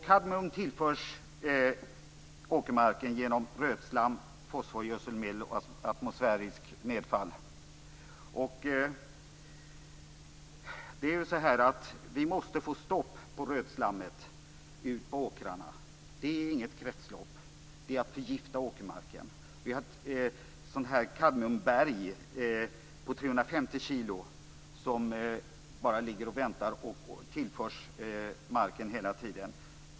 Kadmium tillförs åkermarken genom rötslam, fosforgödselmedel och atmosfäriskt nedfall. Vi måste få ett stopp på rötslammet ute på åkrarna. Det är inte fråga om kretslopp, utan det här är att förgifta åkermarken. Vi har ett kadmiumberg på 350 kilo som bara ligger och väntar. Detta kadmium tillförs marken hela tiden.